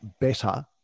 better